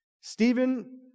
Stephen